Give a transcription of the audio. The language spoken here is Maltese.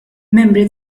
membri